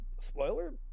spoiler